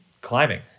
climbing